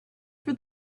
for